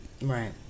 Right